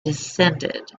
descended